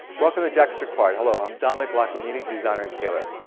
welcome to jacket's required, hello, i'm dominic lacquaniti, designer and tailor.